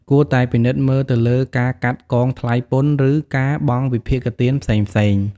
គួរតែពិនិត្យមើលទៅលើការកាត់កងថ្លៃពន្ធ ឬការបង់វិភាគទានផ្សេងៗ។